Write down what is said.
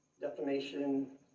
Defamation